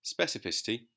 Specificity